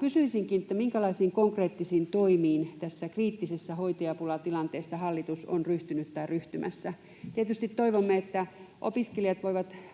Kysyisinkin: minkälaisiin konkreettisiin toimiin tässä kriittisessä hoitajapulatilanteessa hallitus on ryhtynyt tai ryhtymässä? Tietysti toivomme, että opiskelijat voivat